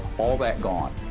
all that gone!